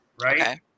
Right